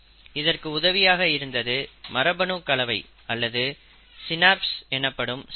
இதற்கு உதவியாக இருந்தது மரபணு கலவை அல்லது ஸ்னாப்ஸ் எனப்படும் செயல்முறை